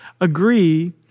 Agree